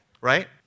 right